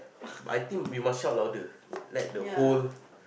I think you must shout louder like the hall